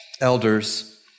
elders